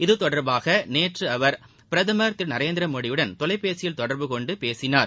இத்தொடர்பாக நேற்று அவர்பிரதமர் திரு நரேந்திர மோடியுடன் தொலைபேசியில் தொடர்புகொண்டு பேசினார்